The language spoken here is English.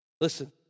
Listen